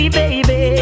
baby